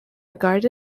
regard